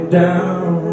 down